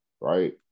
Right